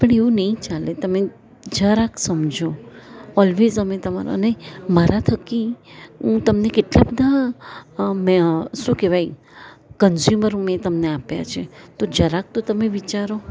પણ એવું નહીં ચાલે તમે જરાક સમજો ઓલવેઝ અમે તમારો ને મારા થકી હું તમને કેટલાં બધાં શું કહેવાય કન્ઝ્યુમર મેં તમને આપ્યાં છે તો જરાક તો તમે વિચારો